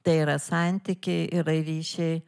tai yra santykiai yra ryšiai